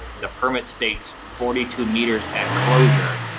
the permit states forty two meters at closure,